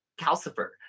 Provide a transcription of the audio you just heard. calcifer